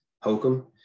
hokum